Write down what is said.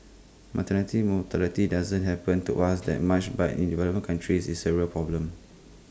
maternity mortality doesn't happen to us that much but in developing countries IT is A real problem